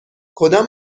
کدام